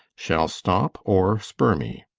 shall stop or spur me.